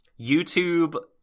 YouTube